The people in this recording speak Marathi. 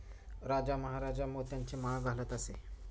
राजा महाराजा मोत्यांची माळ घालत असे